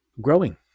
growing